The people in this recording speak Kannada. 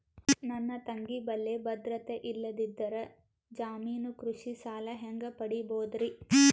ನನ್ನ ತಂಗಿ ಬಲ್ಲಿ ಭದ್ರತೆ ಇಲ್ಲದಿದ್ದರ, ಜಾಮೀನು ಕೃಷಿ ಸಾಲ ಹೆಂಗ ಪಡಿಬೋದರಿ?